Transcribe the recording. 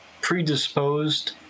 predisposed